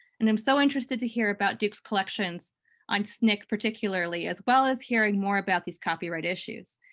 and i'm so interested to hear about duke's collections on sncc particularly, as well as hearing more about these copyright issues.